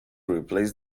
replace